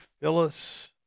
Phyllis